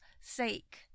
sake